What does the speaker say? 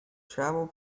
travel